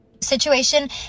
Situation